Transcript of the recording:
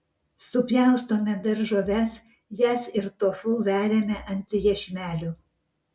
supjaustome daržoves jas ir tofu veriame ant iešmelių